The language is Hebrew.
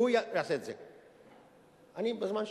אני בזמן שלי.